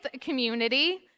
community